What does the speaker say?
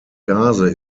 gase